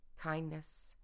kindness